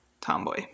tomboy